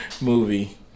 movie